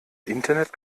internet